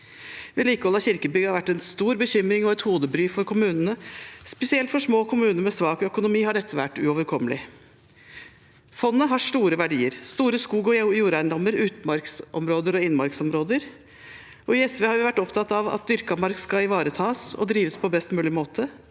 Vedlikehold av kirkebygg har vært en stor bekymring og et hodebry for kommunene. Spesielt for små kommuner med svak økonomi har dette vært uoverkommelig. Fondet har store verdier, store skog- og jordeiendommer, utmarksområder og innmarksområder. I SV har vi vært opptatt av at dyrket mark skal ivaretas og drives på best mulig måte.